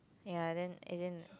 ya and then and then